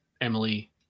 Emily